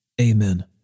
Amen